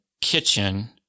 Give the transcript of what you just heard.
kitchen